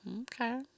Okay